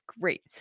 Great